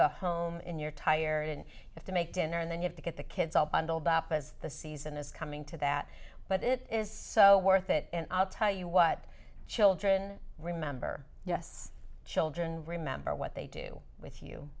go home and you're tired and have to make dinner and then you have to get the kids all bundled up as the season is coming to that but it is so worth it and i'll tell you what children remember yes children remember what they do with you